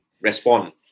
respond